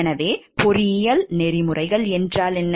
எனவே பொறியியல் நெறிமுறைகள் என்றால் என்ன